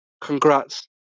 Congrats